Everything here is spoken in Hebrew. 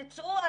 תצאו,